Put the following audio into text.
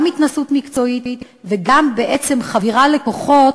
גם התנסות מקצועית וגם חבירה לכוחות